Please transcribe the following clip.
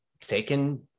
taken